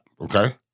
okay